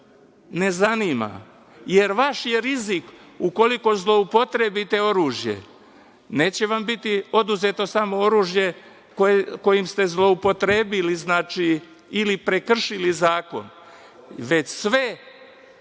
ne zanima, jer vaš je rizik ukoliko zloupotrebite oružje. Neće vam biti oduzeto samo oružje kojim ste zloupotrebili ili prekršili zakon, već svo